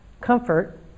comfort